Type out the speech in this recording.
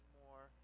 more